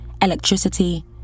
electricity